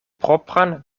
propran